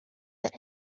that